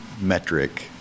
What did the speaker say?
metric